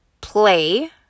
play